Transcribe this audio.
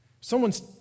Someone's